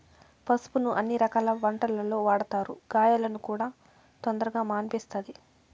పసుపును అన్ని రకాల వంటలల్లో వాడతారు, గాయాలను కూడా తొందరగా మాన్పిస్తది